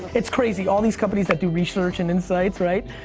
it's crazy, all these companies that do research and insights right?